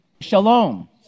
Shalom